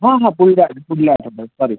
हां हां पुढल्या आठ पुढल्या आठवड्यात सॉरी